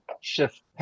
Shift